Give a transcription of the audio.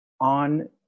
on